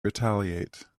retaliate